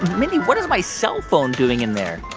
mindy, what is my cellphone doing in there?